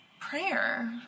Prayer